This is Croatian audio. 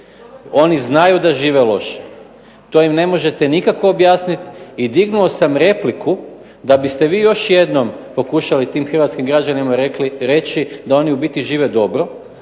Oni znaju da žive loše. To im ne možete nikako objasniti i dignuo sam repliku da biste vi još jednom pokušali tim hrvatskim građanima reći da oni u biti žive dobro,